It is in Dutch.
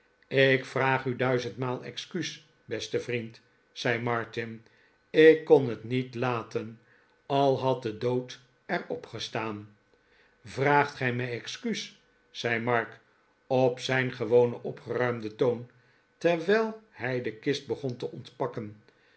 ik vraag u duizendinaal excuus beste vriend zei martin ik kon het niet laten al had de dood er op gestaan vraagt gij mij excuus zei mark op zijn gewonen opgeruimden toon terwijl hij de kist begon te ontpakken